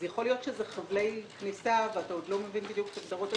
יכול להיות שזה חבלי כניסה ואתה עוד לא מבין בדיוק את הוראות התקשי"ר.